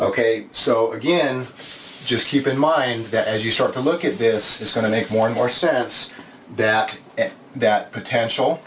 ok so again just keep in mind that as you start to look at this it's going to make more and more sense that that potential